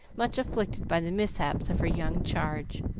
much afflicted by the mishaps of her young charge.